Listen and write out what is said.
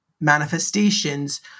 manifestations